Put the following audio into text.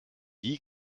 wie